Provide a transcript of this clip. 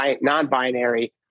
non-binary